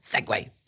segue